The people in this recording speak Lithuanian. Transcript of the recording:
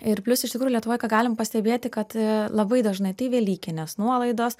ir plius iš tikrųjų lietuvoj ką galim pastebėti kad labai dažnai tai velykinės nuolaidos